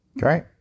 Great